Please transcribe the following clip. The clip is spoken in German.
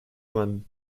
waren